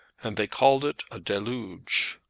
and they called it a deluge.